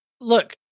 Look